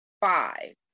five